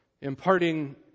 imparting